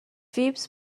فیبز